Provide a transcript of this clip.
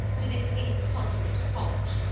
to this incontinent college?